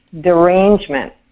derangement